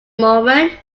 moment